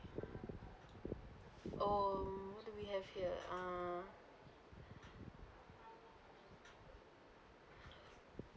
oh we have here uh